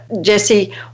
Jesse